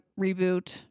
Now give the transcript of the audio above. reboot